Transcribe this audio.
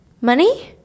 Money